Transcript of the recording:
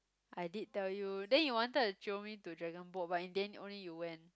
I did tell you then you wanted to jio me to dragon boat but in the end only you went